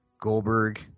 Goldberg